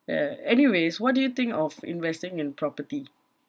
ya anyways what do you think of investing in property